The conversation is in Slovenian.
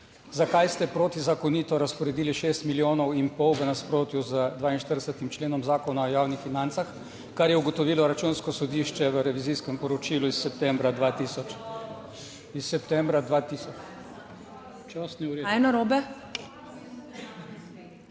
zakaj ste protizakonito razporedili šest milijonov in pol v nasprotju z 42. členom Zakona o javnih financah, kar je ugotovilo računsko sodišče v revizijskem poročilu iz septembra 2000? **PREDSEDNICA